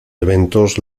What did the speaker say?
eventos